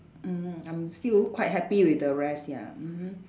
mm I'm still quite happy with the rest ya mmhmm